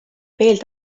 veel